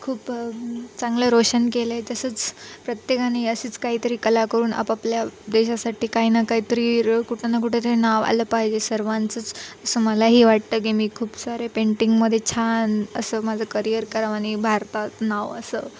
खूप चांगलं रोशन केलं आहे तसंच प्रत्येकाने असेच काहीतरी कला करून आपापल्या देशासाठी काही ना काहीतरी र कुठं ना कुठं तरी नाव आलं पाहिजे सर्वांचंच असं मलाही वाटतं की मी खूप सारे पेंटिंगमध्ये छान असं माझं करियर करावं आणि भारतात नाव असं